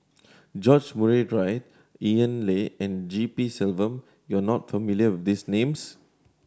George Murray Reith Ian Loy and G P Selvam You are not familiar with these names